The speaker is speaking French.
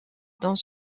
dans